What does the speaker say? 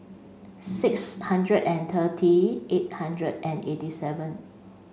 six hundred and thirty eight hundred and eighty seven